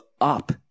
up